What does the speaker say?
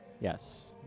yes